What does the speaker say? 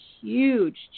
huge